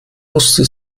musste